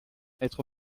être